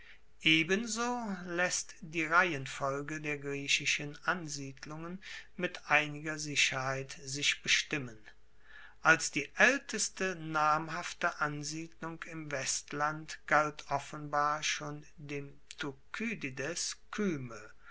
ebenso laesst die reihenfolge der griechischen ansiedlungen mit einiger sicherheit sich bestimmen als die aelteste namhafte ansiedlung im westland galt offenbar schon dem thukydides kyme